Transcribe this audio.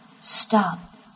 stop